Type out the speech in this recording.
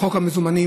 חוק המזומנים,